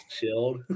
chilled